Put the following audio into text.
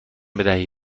بده